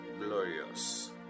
glorious